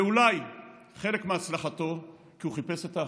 ואולי חלק מהצלחתו היא כי הוא חיפש את האחדות,